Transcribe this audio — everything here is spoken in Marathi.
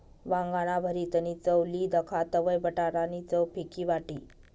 वांगाना भरीतनी चव ली दखा तवयं बटाटा नी चव फिकी वाटी